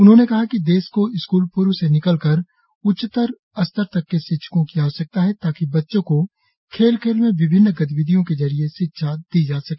उन्होंने कहा कि देश को स्कूल पूर्व से लेकर उच्चतर स्तर तक के शिक्षकों की आवश्यकता है ताकि बच्चों को खेल खेल में विभिन्न गतिविधियों के जरिये शिक्षा दी जा सके